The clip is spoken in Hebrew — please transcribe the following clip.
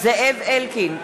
זאב אלקין,